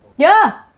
yeah!